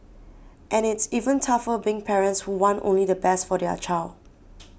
and it's even tougher being parents who want only the best for their child